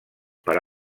per